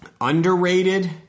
Underrated